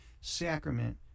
sacrament